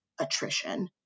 attrition